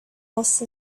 else